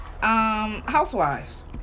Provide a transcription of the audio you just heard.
Housewives